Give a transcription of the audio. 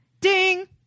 Ding